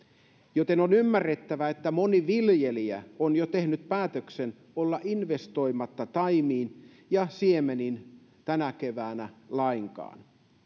joten on ymmärrettävää että moni viljelijä on jo tehnyt päätöksen olla investoimatta taimiin ja siemeniin tänä keväänä lainkaan